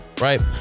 right